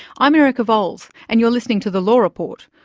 i'm erica vowles and you're listening to the law report.